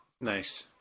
Nice